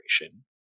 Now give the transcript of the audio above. operation